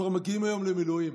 כבר מגיעים היום למילואים.